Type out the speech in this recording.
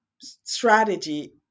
strategy